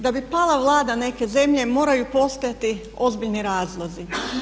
Da bi pala Vlada neke zemlje moraju postojati ozbiljni razlozi.